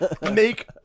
make